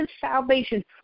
salvation